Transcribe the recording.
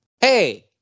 Hey